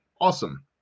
Awesome